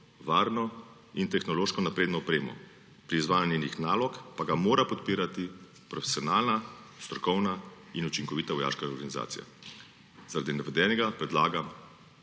varno in tehnološko napredno opremo, pri izvajanju njenih nalog, pa ga mora podpirati profesionalna, strokovna in učinkovita vojaška organizacija. Zaradi navedenega predlagam,